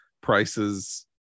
prices